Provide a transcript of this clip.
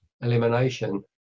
elimination